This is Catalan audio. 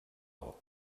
alt